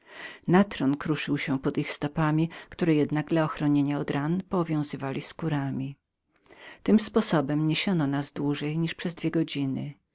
wązkim natron kruszył się pod ich stopami które jednak dla ochronienia od ran po owiązywali skórami tym sposobem niesiono nas dłużej niż przez dwie godziny